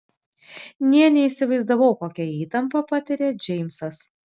nė neįsivaizdavau kokią įtampą patiria džeimsas